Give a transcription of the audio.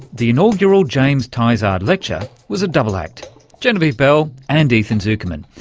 the inaugural james tizard lecture was a double act genevieve bell and ethan zuckerman.